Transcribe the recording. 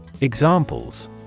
Examples